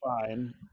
fine